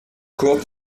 kurt